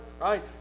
right